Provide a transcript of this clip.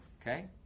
Okay